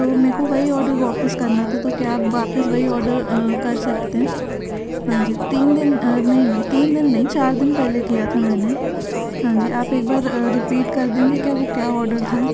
तो मे को वही ऑडर वापस करना था तो क्या आप वापस वही ऑडर कर सकते हैं हाँ जी तीन दिन नहीं नहीं तीन दिन नहीं चार दिन पहले किया था मैंने हाँ जी आप एक बार रिपीट कर देंगे क्या वो क्या ऑडर था